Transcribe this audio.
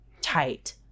tight